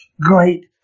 great